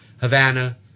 Havana